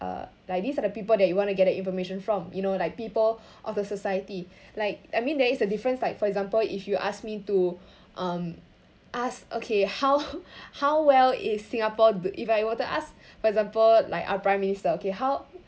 uh like these are the people that you want to get the information from you know like people of the society like I mean there is a difference like for example if you ask me to um ask okay how how well is singapore if I were to ask for example like our prime minister okay how